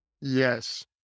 yes